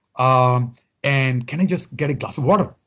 um and can i just get a glass of water?